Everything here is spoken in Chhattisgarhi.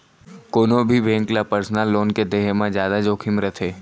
कोनो भी बेंक ल पर्सनल लोन के देहे म जादा जोखिम रथे